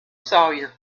sawyer